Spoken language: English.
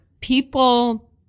people